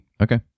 Okay